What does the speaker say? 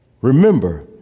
Remember